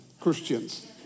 Christians